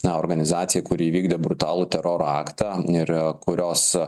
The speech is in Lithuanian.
na organizacija kuri įvykdė brutalų teroro aktą ir kurios